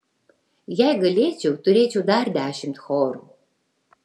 jei galėčiau turėčiau dar dešimt chorų